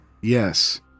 Yes